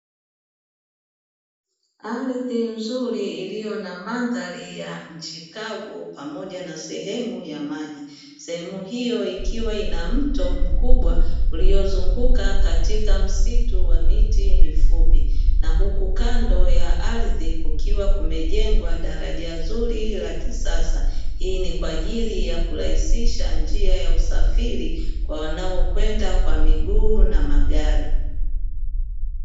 Ardhi nzuri iliyo na mandhari ya nchi kavu pamoja na sehemu ya maji. Sehemu hiyo ikiwa na mto mkubwa uliozunguka katika msitu wa miti mifupi na huku kando ya ardhi kukiwa kumejengwa daraja zuri la kisasa, hii ni kwa ajili ya kurahisisha njia ya usafiri kwa wanao kwenda kwa miguu na magari.